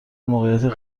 موقعیتی